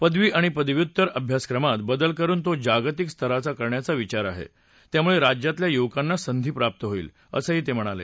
पदव आणि पदव्युत्तर अभ्रासक्रमात बदल करून तो जागतिक स्तराचा करण्याचा विचार आहे त्यामुळे राज्यातल्या युवकांना संघ शिप्त होईल असंहात्रि म्हणाले